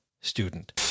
student